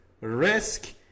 risk